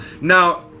Now